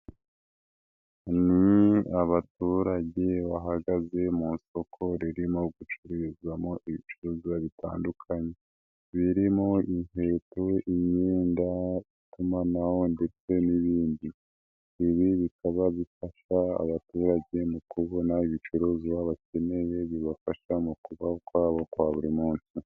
Ni abaturage bahagaze mu isoko ririmo gucururizwamo ibicuruzwazwa bitandukanye birimo inkweto, imyenda, itumanaho ndetse n'ibindi, ibi bikaba bifasha abaturage mu kubona ibicuruzwa bakeneye bibafasha mu kubaho kwabo kwa buri munsi.